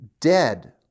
dead